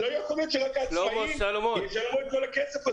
לא יכול להיות שרק העצמאיים ישלמו את כל הכסף הזה,